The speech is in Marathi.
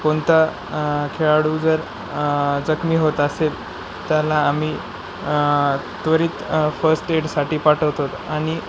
कोणता खेळाडू जर जखमी होत असेल त्याला आम्ही त्वरित फर्स्ट एडसाठी पाठवतो आणि